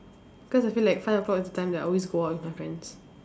cause I feel like five o-clock is the time that I always go out with my friends